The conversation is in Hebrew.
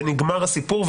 ונגמר הסיפור,